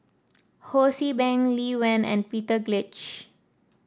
Ho See Beng Lee Wen and Peter